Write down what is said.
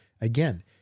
Again